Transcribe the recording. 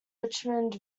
richmond